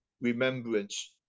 remembrance